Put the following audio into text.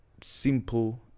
simple